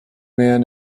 man